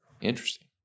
Interesting